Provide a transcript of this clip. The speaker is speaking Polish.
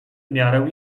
miarę